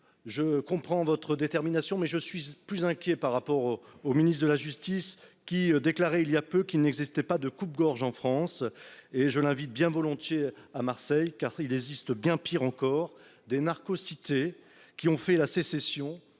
je comprends votre détermination mais je suis plus inquiet par rapport au, au ministre de la justice qui déclarait il y a peu, qui n'existait pas de coupe gorge en France et je l'invite bien volontiers à Marseille car il existe bien pire encore des narcos cité qui ont fait la sécession